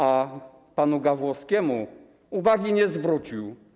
A panu Gawłowskiemu uwagi nie zwrócił.